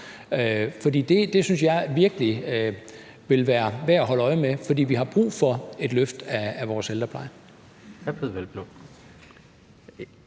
det synes jeg virkelig vil være værd at holde øje med, for vi har brug for et løft af vores ældrepleje.